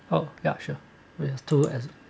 oh yeah sure with to as